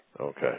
Okay